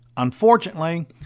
Unfortunately